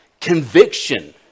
Conviction